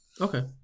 Okay